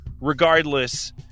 regardless